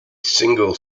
single